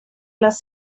les